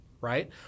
Right